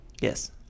Yes